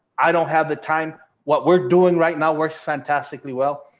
i don't have the time. what we're doing right now works fantastically well.